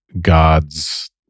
God's